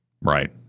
right